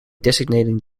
designating